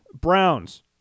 Browns